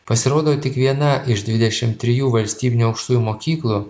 pasirodo tik viena iš dvidešim trijų valstybinių aukštųjų mokyklų